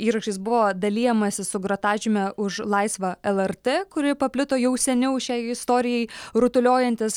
įrašais buvo dalijamasi su grotažyme už laisvą lrt kuri paplito jau seniau šiai istorijai rutuliojantis